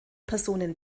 personen